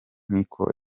niko